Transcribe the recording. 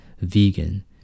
vegan